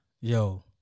Yo